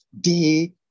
day